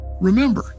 Remember